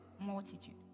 multitude